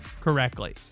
correctly